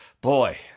boy